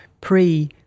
pre